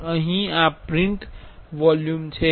અહીં આ print volume છે